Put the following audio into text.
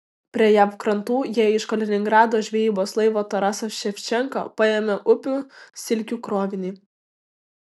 prie jav krantų jie iš kaliningrado žvejybos laivo tarasas ševčenka paėmė upių silkių krovinį